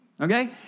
Okay